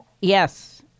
Yes